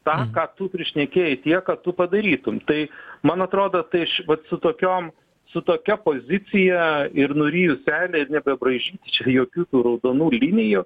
tą ką tu prišnekėjai tiek kad tu padarytum tai man atrodo tai iš vat su tokiom su tokia pozicija ir nuryju seilę ir nebebraižykit čia jokių tų raudonų linijų